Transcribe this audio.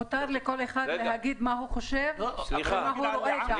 מותר לכל אחד להגיד מה שהוא חושב ומה שהוא רואה.